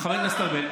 חבר הכנסת ארבל,